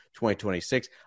2026